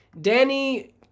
danny